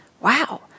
Wow